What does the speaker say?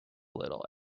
little